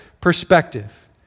perspective